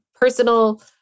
personal